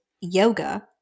yoga